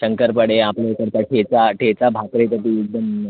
शंकरपाळे आपल्या इकडचा ठेचा ठेचा भाकरी कशी एकदम